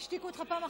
השתיקו אותך פעם אחת,